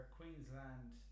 Queensland